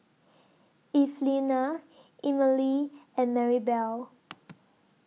Evelena Emely and Maribel